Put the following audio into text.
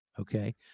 okay